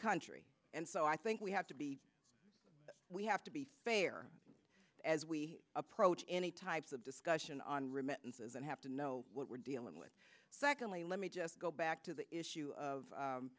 country and so i think we have to be we have to be fair as we approach any type of discussion on remittances and have to know what we're dealing with secondly let me just go back to the issue of